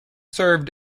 served